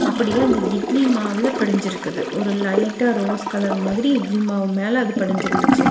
அப்படியே அந்த இட்லி மாவில் படிஞ்சுருக்குது ஒரு லைட்டாக ரோஸ் கலர் மாதிரி இட்லி மாவு மேலே அது படிஞ்சுருந்துச்சி